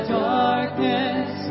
darkness